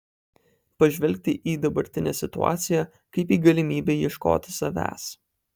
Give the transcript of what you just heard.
pažvelgti į dabartinę situaciją kaip į galimybę ieškoti savęs